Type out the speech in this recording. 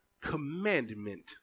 commandment